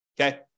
okay